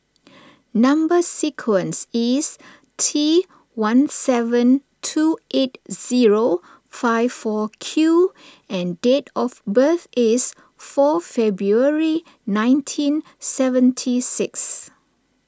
Number Sequence is T one seven two eight zero five four Q and date of birth is four February nineteen seventy six